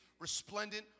resplendent